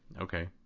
Okay